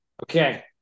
Okay